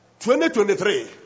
2023